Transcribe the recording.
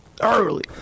early